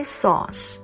sauce